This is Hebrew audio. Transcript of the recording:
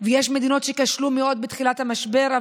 יש מדינות שכשלו מאוד בתחילת המשבר,